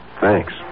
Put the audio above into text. thanks